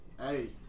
Hey